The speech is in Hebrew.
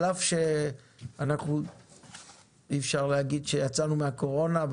אי אפשר להגיד שיצאנו מהקורונה,